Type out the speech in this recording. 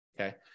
okay